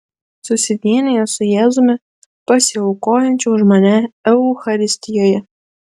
susivienijęs su jėzumi pasiaukojančiu už mane eucharistijoje